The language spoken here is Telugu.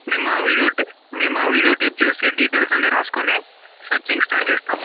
మేము వీడియో టేప్ మేము వీడియో టేప్ చూసి డీటెయిల్స్ అన్నీ రాసుకుని సర్చింగ్ స్టార్ట్ చేస్తాం